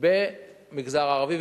במגזר הערבי.